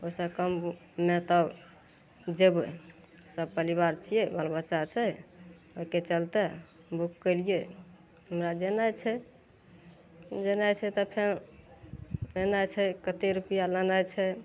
ओहि सऽ कम नहि तऽ जेबै सब परिबार छियै बाल बच्चा छै ओहिके चलते बुक कैलियै हमरा जेनाइ छै जेनाइ छै तऽ फेर देनाइ छै कतेक रुपैआ लानाइ छै